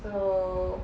so